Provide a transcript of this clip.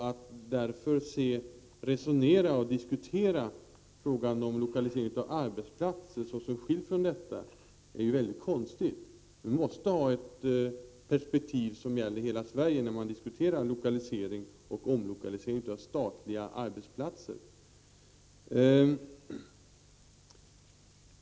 Att diskutera frågan om lokalisering av arbetsplatser såsom skilt från detta är därför väldigt konstigt. Man måste ha ett perspektiv som gäller hela Sverige när man diskuterar både lokalisering och omlokalisering av statliga arbetsplatser.